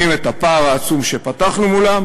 והם מבינים את הפער העצום שפתחנו מולם,